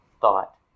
thought